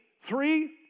three